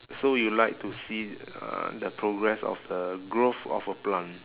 so you like to see uh the progress of the growth of a plant